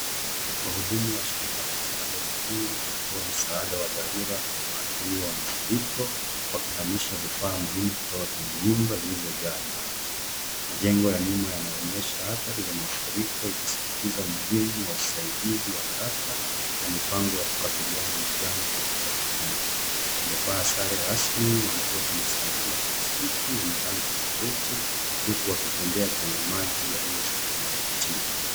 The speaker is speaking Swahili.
Wahudumu wa shirika la msalaba mwekundu wanatoa msaada wa dharura kwa waadhiriwa wa mafuriko wakihamisha vifaa muhimu kutoka kwenye nyumba zilizojaa maji. Majengo ya nyumba yanaonyesha adhari za mafuriko ikisisitiza umuhimu wa usaidizi wa haraka na mipango ya kukabiliana na janga katika jamii. Wamevaa sare rasmi wamebeba masanduku ya plastiki yenye rangi tofauti huku wakitembea kwenye maji yaliyofika magotini.